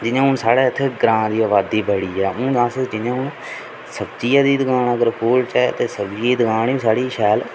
जि'यां हून साढ़े इत्थै ग्रां दी अबादी बड़ी ऐ हून अस जि'यां हून सब्जियें दी दकान अगर खोह्लचै ते सब्जी दी दकान बी साढ़ी शैल